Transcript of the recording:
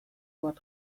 bat